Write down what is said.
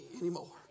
anymore